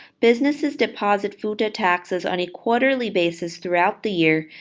businesses deposit food or taxes on a quarterly basis throughout the year,